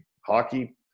hockey